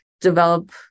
develop